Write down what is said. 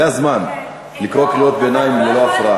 זה הזמן לקרוא קריאות ביניים ללא הפרעה.